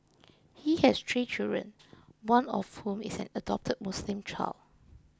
he has three children one of whom is an adopted Muslim child